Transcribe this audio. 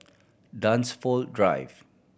Dunsfold Drive